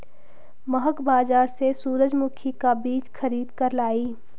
महक बाजार से सूरजमुखी का बीज खरीद कर लाई